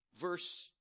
verse